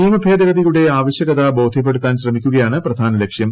നിയമഭേദഗതിയുടെ ആവശ്യകത ബോദ്ധ്യപ്പെടുത്താൻ ശ്രമിക്കുകയാണ് പ്രധാന ലക്ഷ്യം